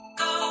go